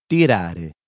Tirare